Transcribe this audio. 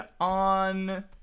on